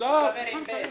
תקנה